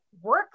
work